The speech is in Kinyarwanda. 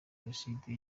jenoside